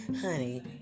honey